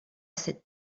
cette